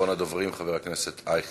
אחרון הדוברים, חבר הכנסת אייכלר.